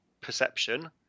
perception